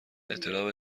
اطلاع